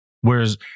Whereas